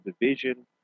division